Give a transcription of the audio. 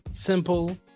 simple